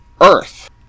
Earth